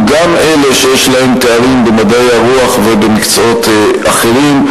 גם אלה שיש להם תארים במדעי הרוח ובמקצועות אחרים,